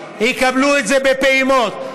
יקבלו את זה בפעימות.